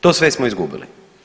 To sve smo izgubili.